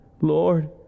Lord